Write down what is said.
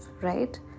right